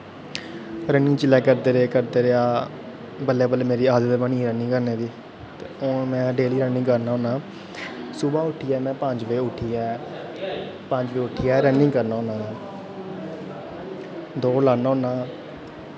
running जिसलै करदा गेआ करदा गेआ बल्लैं बल्लैं मेरी आदत बनी दी रनिंग करने दी ते हून में डेल्ली रनिंग करना होन्ना सुबह उट्ठियै में पंज बजे उट्ठियै पंज बजे उट्ठियै रनिंग करना होन्ना दौड़ लान्ना होन्ना